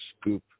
scoop